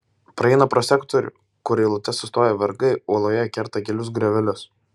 praeina pro sektorių kur eilute sustoję vergai uoloje kerta gilius griovelius